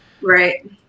Right